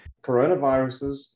Coronaviruses